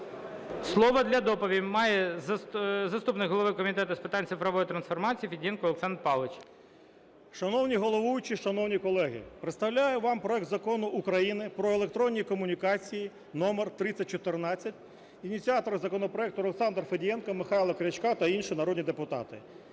Слово для доповіді має заступник голови Комітету з питань цифрової трансформації Федієнко Олександр Павлович. 13:44:06 ФЕДІЄНКО О.П. Шановний головуючий, шановні колеги! Представлю вам проект Закону України про електронні комунікації (№ 3014). Ініціатори законопроекту: Олександр Федієнко і Михайло Крячко та інші народні депутати.